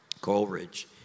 Coleridge